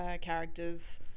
characters